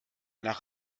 nach